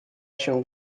się